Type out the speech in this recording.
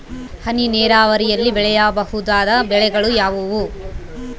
ಹನಿ ನೇರಾವರಿಯಲ್ಲಿ ಬೆಳೆಯಬಹುದಾದ ಬೆಳೆಗಳು ಯಾವುವು?